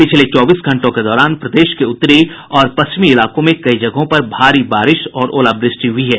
पिछले चौबीस घंटों के दौरान प्रदेश के उत्तरी और पश्चिमी इलाकों में कई जगहों पर भारी बारिश और ओलावृष्टि हुई है